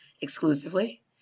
exclusively